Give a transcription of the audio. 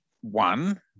one